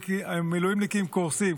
המילואימניקים קורסים.